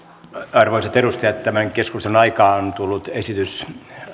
arvoisat edustajat tämän keskustelun aikaan on tullut esitys